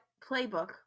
playbook